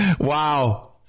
Wow